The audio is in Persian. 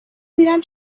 میرم